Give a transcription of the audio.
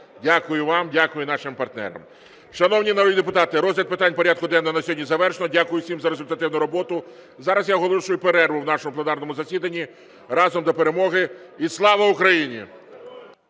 Дякую вам. Дякую нашим партнерам. Шановні народні депутати, розгляд питань порядку денного на сьогодні завершено. Дякую всім за результативну роботу. Зараз я оголошую перерву в нашому пленарному засіданні. Про час і